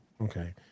Okay